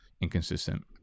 inconsistent